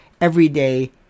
everyday